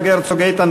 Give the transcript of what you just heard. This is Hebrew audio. יצחק הרצוג,